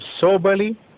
soberly